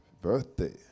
birthday